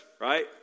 right